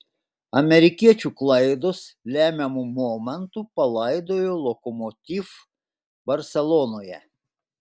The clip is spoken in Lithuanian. amerikiečių klaidos lemiamu momentu palaidojo lokomotiv barselonoje